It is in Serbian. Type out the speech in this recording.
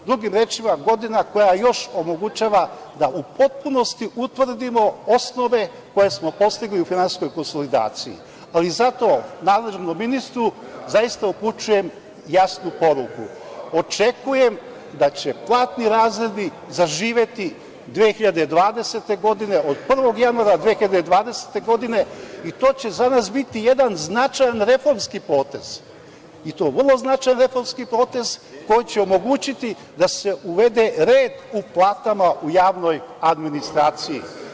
Drugim rečima, godina koja još omogućava da u potpunosti utvrdimo osnove koje smo postigli u finansijskoj konsolidaciji, ali zato nadležnom ministru zaista upućujem jasnu poruku, očekujem da će platni razredi zaživeti 2020. godine od 1. januara 2020. godine i to će za nas biti jedan značajan reformski potez i to vrlo značajan reformski potez koji će omogućiti da se uvede red u platama u javnoj administraciji.